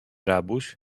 rabuś